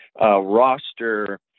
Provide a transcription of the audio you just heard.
roster